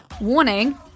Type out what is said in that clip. Warning